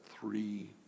three